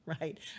Right